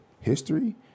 history